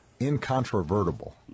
incontrovertible